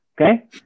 Okay